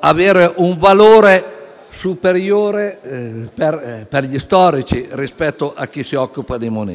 avere un valore superiore per gli storici rispetto a chi si occupa di moneta.